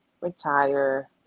retire